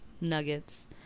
nuggets